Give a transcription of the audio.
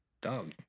dog